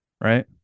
right